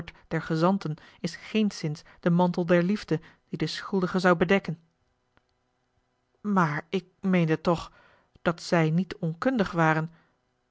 der gezanten is geenszins de mantel der liefde die den schuldige zou bedekken maar ik meende toch dat zij niet onkundig waren